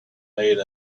made